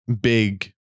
big